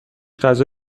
غذا